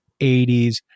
80s